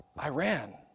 Iran